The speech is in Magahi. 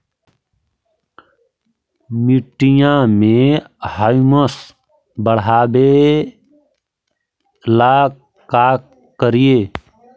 मिट्टियां में ह्यूमस बढ़ाबेला का करिए?